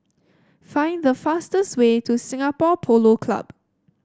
find the fastest way to Singapore Polo Club